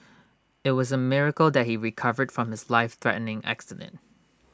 IT was A miracle that he recovered from his life threatening accident